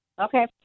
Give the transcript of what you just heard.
Okay